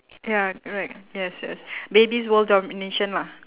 ya correct yes yes babies world domination lah